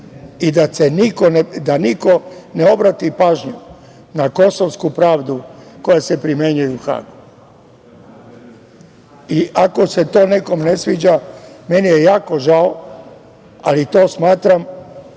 i da niko ne obrati pažnju na kosovsku pravdu koja se primenjuje u Hagu. Ako se to nekome ne sviđa meni je jako žao, ali to smatram